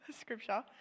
scripture